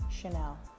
Chanel